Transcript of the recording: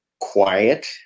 quiet